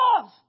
love